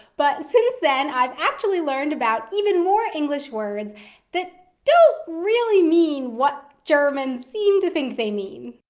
but since then i've actually learned about even more english words that don't really mean what germans seems to think they mean.